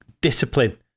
discipline